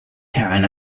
karen